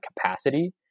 capacity